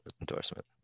endorsement